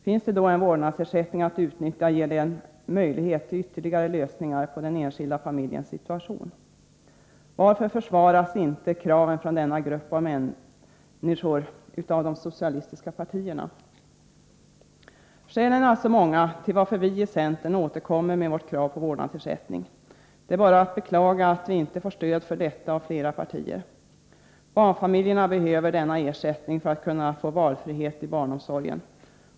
Finns det då en vårdnadsersättning att utnyttja, ger det en möjlighet till ytterligare lösningar på den enskilda familjens situation. Varför försvaras inte kraven från denna grupp människor av de socialistiska partierna? Skälen är alltså många till att vi i centern återkommer med vårt krav på vårdnadsersättning. Det är bara att beklaga att vi inte får stöd för detta av flera partier. Barnfamiljerna behöver denna ersättning för att kunna få valfrihet i barnomsorgen.